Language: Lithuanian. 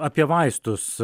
apie vaistus